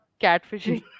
catfishing